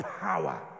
power